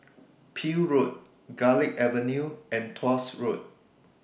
Peel Road Garlick Avenue and Tuas Road